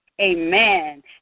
Amen